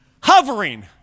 hovering